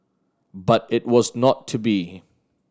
but it was not to be